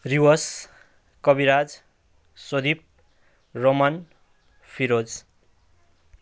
Rivas Kaviraj Swadip Raman Firoz